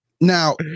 Now